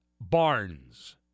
Barnes